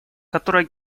которое